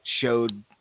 showed